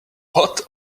what